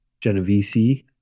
genovese